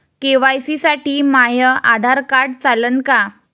KYC साठी माह्य Aadhaar card चालन का?